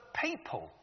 people